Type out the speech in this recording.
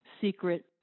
secret